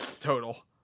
total